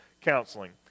counseling